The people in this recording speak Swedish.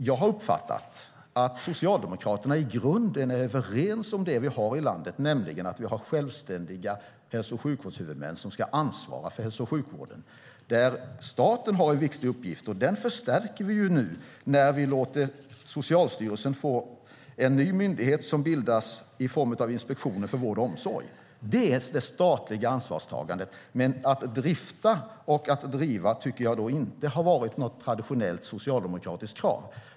Jag har uppfattat att Socialdemokraterna i grunden är överens om det vi har i landet, nämligen att vi har självständiga hälso och sjukvårdshuvudmän som ska ansvara för hälso och sjukvården. Staten har en viktig uppgift, och den förstärker vi nu när vi låter Socialstyrelsen få en ny myndighet som bildas i form av Inspektionen för vård och omsorg. Det är det statliga ansvarstagandet. Men att staten ska sköta driften av hälso och sjukvården tycker jag inte har varit något traditionellt socialdemokratiskt krav.